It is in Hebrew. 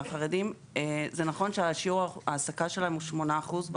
זה נכון ששיעור ההעסקה שלהם הוא 8 אחוזים